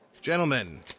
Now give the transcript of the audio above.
Gentlemen